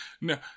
No